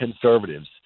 conservatives